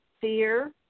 fear